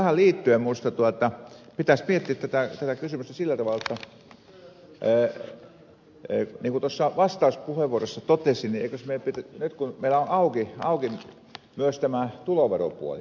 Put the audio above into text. joo mutta tähän liittyen minusta pitäisi miettiä tätä kysymystä sillä tavalla niin kuin vastauspuheenvuorossani totesin jotta nyt meillä on auki myös tämä tuloveropuoli